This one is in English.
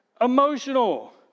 emotional